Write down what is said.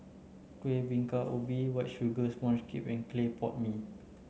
Kueh Bingka Ubi white sugar sponge cake and Clay Pot Mee